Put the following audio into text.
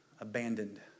abandoned